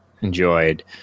enjoyed